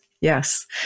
Yes